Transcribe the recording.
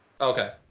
okay